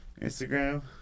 Instagram